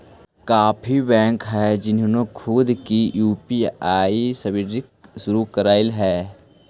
काफी बैंक हैं जिन्होंने खुद की यू.पी.आई सर्विस शुरू करकई हे